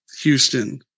Houston